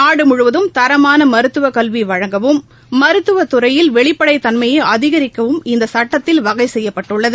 நாடு முழுவதும் தரமான மருத்துவக் கல்வி வழங்கவும் மருத்துவத் துறையில் வெளிப்படை தன்மையை அதிகரிக்கவும் இந்த சட்டத்தில் வகை செய்யப்பட்டுள்ளது